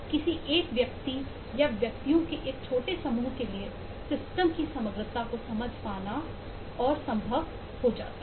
किसी एक व्यक्ति के लिए या व्यक्तियों के एक छोटे समूह के लिए सिस्टम की समग्रता को समझ पाना और संभव हो जाता है